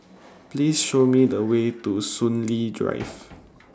Please Show Me The Way to Soon Lee Drive